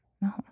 no